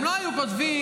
הם לא היו כותבים: